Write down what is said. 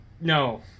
no